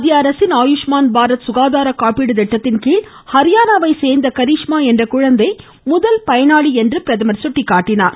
மத்திய அரசின் ஆயுஷ்மான் பாரத் சுகாதார காப்பீடு திட்டத்தின்கீழ் ஹரியானாவை சோ்ந்த கரீஷ்மா என்ற குழந்தை முதல் பயனாளி என்று சுட்டிக்காட்டினார்